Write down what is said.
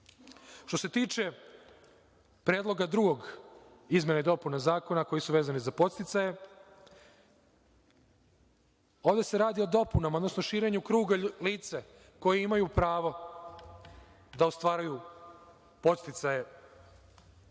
se tiče Predloga drugog izmena i dopuna Zakona, koji su vezani za podsticaje, ovde se radi o dopunama, odnosno širenju kruga lica koja imaju pravo da ostvaruju podsticaje